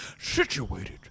situated